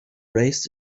raised